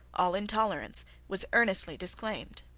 all intolerance, was earnestly disclaimed.